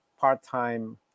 part-time